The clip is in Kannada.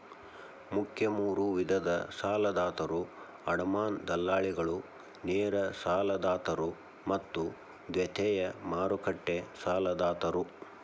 ಮುಖ್ಯ ಮೂರು ವಿಧದ ಸಾಲದಾತರು ಅಡಮಾನ ದಲ್ಲಾಳಿಗಳು, ನೇರ ಸಾಲದಾತರು ಮತ್ತು ದ್ವಿತೇಯ ಮಾರುಕಟ್ಟೆ ಸಾಲದಾತರು